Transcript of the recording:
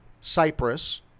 Cyprus